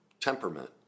temperament